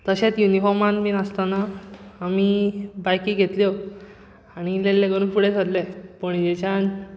तशेंच युनिफॉर्मांत बी आसतना आमी बायकी घेतल्यो आनी इल्ले इल्ले करून फुडें सरले पणजेच्यान